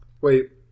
Wait